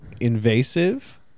invasive